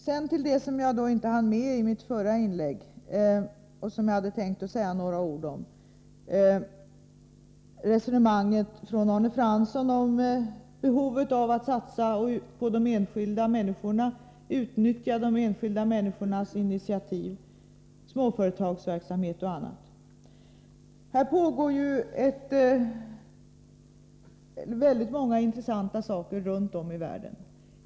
Sedan till det som jag inte hann med i mitt förra inlägg men som jag hade tänkt att säga några ord om. Arne Fransson talade om behovet av en satsning när det gäller att ta vara på initiativ från enskilda människor, på småföretagsverksamhet m.m. På detta område pågår en hel del mycket intressanta verksamheter runt om i världen.